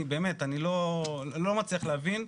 אני באמת לא מצליח להבין,